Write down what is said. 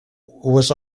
was